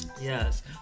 Yes